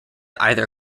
either